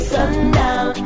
Sundown